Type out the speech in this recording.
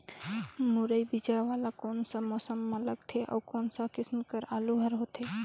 मुरई बीजा वाला कोन सा मौसम म लगथे अउ कोन सा किसम के आलू हर होथे?